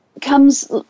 comes